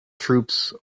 troops